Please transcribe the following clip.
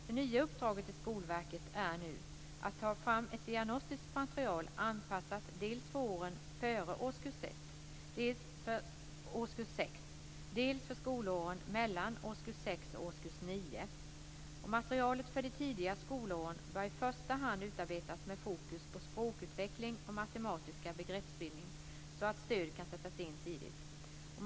Det nya uppdraget för Skolverket är nu att ta fram ett diagnostiskt material anpassat dels för åren före årskurs 6, dels för skolåren mellan årskurs 6 och årskurs 9. Materialet för de tidiga skolåren bör i första hand utarbetas med fokus på språkutveckling och matematisk begreppsbildning, så att stöd kan sättas in tidigt.